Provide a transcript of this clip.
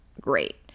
great